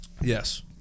Yes